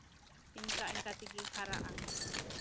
ᱤᱱᱠᱟ ᱤᱱᱠᱟ ᱛᱮᱜᱮ ᱦᱟᱨᱟᱜᱼᱟ